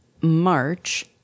March